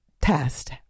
test